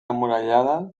emmurallada